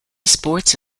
sports